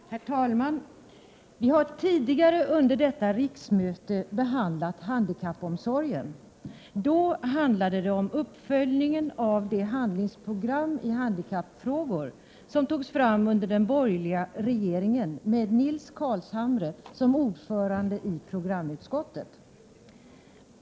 Herr talman! Vi har tidigare under detta riksmöte behandlat handikappomsorgen. Då handlade det om uppföljningen av det handlingsprogram i handikappfrågor som togs fram under den borgerliga regeringen med Nils Carlshamre som ordförande i programutskottet.